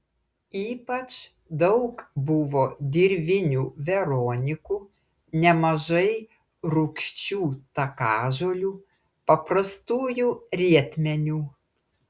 ypač daug buvo dirvinių veronikų nemažai rūgčių takažolių paprastųjų rietmenių